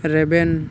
ᱨᱮᱵᱮᱱ